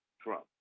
Trump